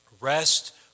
Rest